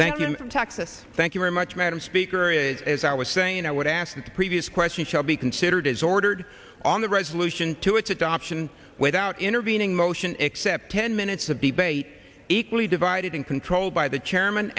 thank you texas thank you very much madam speaker it as i was saying i would ask the previous question shall be considered as ordered on the resolution to its adoption without intervening motion except ten minutes of debate equally divided and controlled by the chairman